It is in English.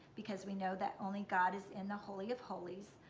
because we know that only god is in the holy of holies.